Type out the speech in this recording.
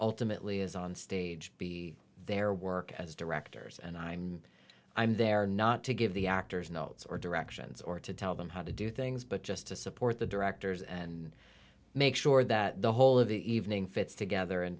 ultimately is on stage be their work as directors and i'm i'm there not to give the actors notes or directions or to tell them how to do things but just to support the directors and make sure that the whole of the evening fits together in